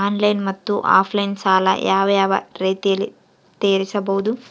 Online ಮತ್ತೆ offline ಸಾಲ ಯಾವ ಯಾವ ರೇತಿನಲ್ಲಿ ತೇರಿಸಬಹುದು?